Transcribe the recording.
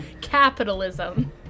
Capitalism